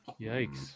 Yikes